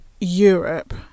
Europe